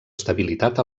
estabilitat